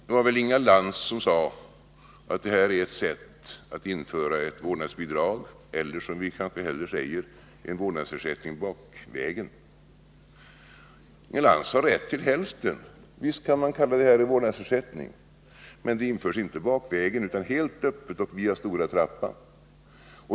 Det var väl Inga Lantz som sade att det här är ett sätt att införa ett vårdnadsbidrag — eller som vi kanske hellre säger en vårdnadsersättning — bakvägen. Inga Lantz har rätt till hälften. Visst kan man kalla detta en vårdnadsersättning, men det införs inte bakvägen utan helt öppet, via stora trappan.